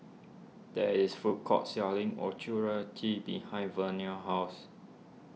there is food court selling Ochazuke behind Vernell's house